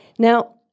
Now